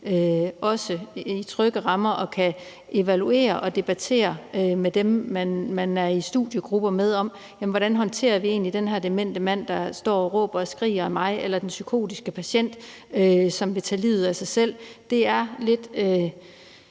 og at man kan evaluere og debattere med dem, som man er i studiegruppe med, hvordan man egentlig håndterer den her demente mand, der står og råber og skriger ad en, eller den psykotiske patient, som vil tage livet af sig selv. Det er lidt